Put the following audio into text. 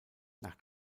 nach